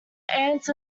ants